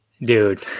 dude